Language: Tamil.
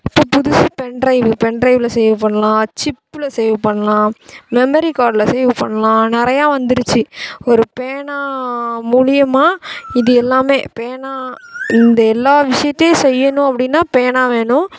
இப்போ புதுசு பென்ட்ரைவு பென்ட்ரைவில் சேவ் பண்ணலாம் சிப்பில் சேவ் பண்ணலாம் மெமரிகார்ட்டில் சேவ் பண்ணலாம் நிறையா வந்துடுச்சு ஒரு பேனா மூலிமா இது எல்லாம் பேனா இந்த எல்லா விஷயத்தையும் செய்யணும் அப்படினா பேனா வேணும்